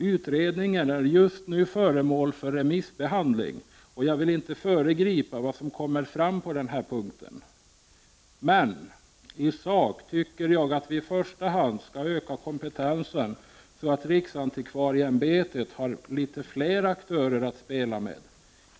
Utredningen är just nu föremål för remissbehandling, och jag vill inte föregripa vad som kommer fram på den här punkten. Men i sak tycker jag att vi i första hand skall öka kompetensen, så att riksantikvarieämbetet har litet fler aktörer att spela med.